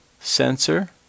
sensor